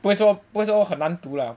不会说不会说很难读 lah